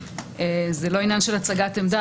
זה לא עניין של הצגת עמדה,